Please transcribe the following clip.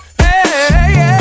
hey